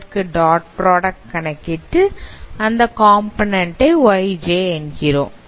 அதற்கு dot product கணக்கிட்டு அந்த காம்போநன்ண்ட் ஐ yj என்கிறோம்